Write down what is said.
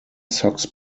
sox